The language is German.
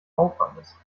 aufwandes